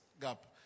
gap